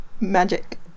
magic